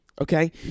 okay